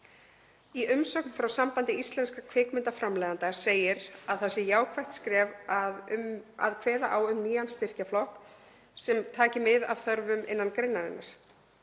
Í umsögn frá Sambandi íslenskra kvikmyndaframleiðenda segir að það sé jákvætt skref að kveða á um nýjan styrkjaflokk sem taki mið af þörfum innan greinarinnar.